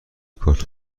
کار